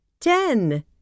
ten